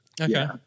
Okay